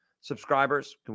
subscribers